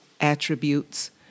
attributes